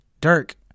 Dirk